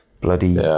bloody